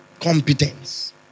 Competence